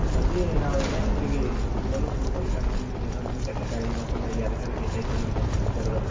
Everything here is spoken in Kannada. ಅಂತಂದಿ ನಾವು ಇನ್ನ ಹೆಚ್ಚಿಗಿ ಲೋನು ಕೊಡ್ಬೋದು ಇನ್ನ ಮುಂದೆ ನಿಮಗೆ ಏನ್ರ ಮನಿ ಕಟ್ಲಾಕೆ ಆಗಲಿ ಮತ್ತೊಂದಾಗಲಿ ಯಾವ್ದಕರ ಬೇಕಾಯ್ತಂದ್ರ ಮುಂದೆ ಫ್ಯೂಚರ್ದಾಗ